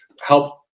help